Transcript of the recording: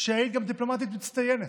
שהיית גם דיפלומטית מצטיינת.